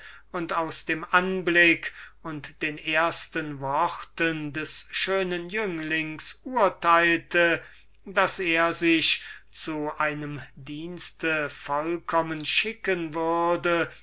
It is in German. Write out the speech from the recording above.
und aus dem anblick und den ersten worten desselben urteilte daß er sich zu einem dienst vollkommen schicken würde